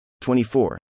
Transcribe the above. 24